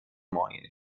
معاینه